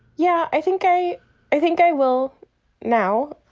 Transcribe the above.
yeah, i think i i think i will now.